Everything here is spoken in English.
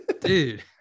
Dude